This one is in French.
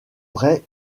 vrai